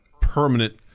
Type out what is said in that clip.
permanent